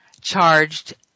charged